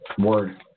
Word